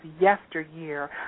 yesteryear